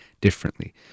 differently